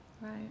Right